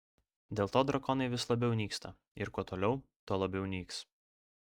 dėl to drakonai vis labiau nyksta ir kuo toliau tuo labiau nyks